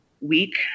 week